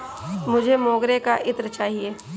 मुझे मोगरे का इत्र चाहिए